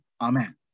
Amen